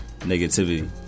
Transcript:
negativity